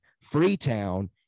Freetown